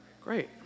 Great